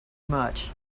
much